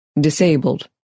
Disabled